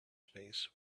space